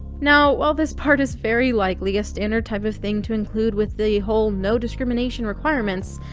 now, while this part is very likely a standard type of thing to include with the whole no discrimination requirements,